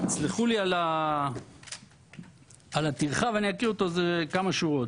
תסלחו לי על הטרחה, אקרא אותו, זה כמה שורות: